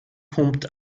pumpt